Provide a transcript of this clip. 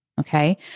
Okay